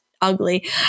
ugly